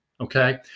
okay